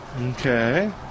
Okay